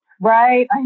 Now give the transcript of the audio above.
Right